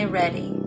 ready